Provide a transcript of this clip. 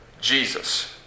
Jesus